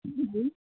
जी जी